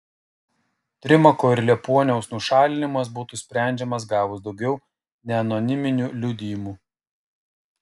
trimako ir liepuoniaus nušalinimas būtų sprendžiamas gavus daugiau neanoniminių liudijimų